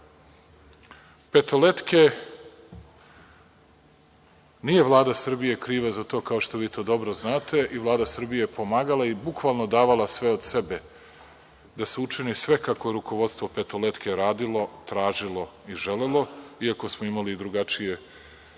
„Petoletke“, nije Vlada Srbije kriva za to, kao što vi to dobro znate. Vlada Srbije je pomagala i bukvalno davala sve od sebe da se učini sve kako je rukovodstvo „Petoletke“ radilo, tražilo i želelo, iako smo imali drugačije